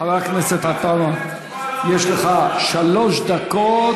חבר הכנסת עטאונה, יש לך שלוש דקות.